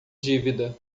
dívida